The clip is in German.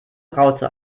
raute